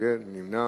מי נמנע?